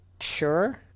sure